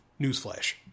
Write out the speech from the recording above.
Newsflash